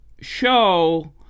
show